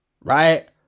right